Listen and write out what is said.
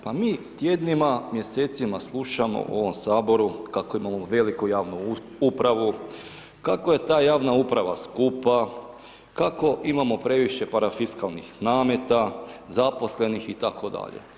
Pa mi tjednima, mjesecima slušamo u ovom Saboru kako imamo veliku javnu upravu, kako je ta javna uprava skupa, kako imamo previše parafiskalnih nameta, zaposlenih itd.